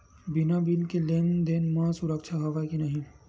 बिना बिल के लेन देन म सुरक्षा हवय के नहीं?